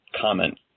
comment